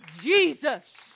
Jesus